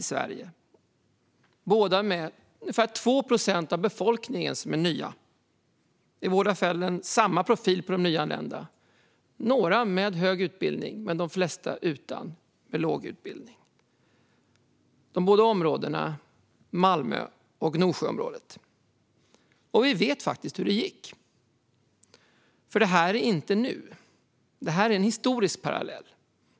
I båda områdena är ungefär 2 procent av befolkningen nya, och de har ungefär samma utbildningsprofil. Några har hög utbildning, men de flesta är lågutbildade. De båda områdena är Malmö och Gnosjöområdet. Vi vet faktiskt hur det gick, för detta är inte nu utan en historisk parallell.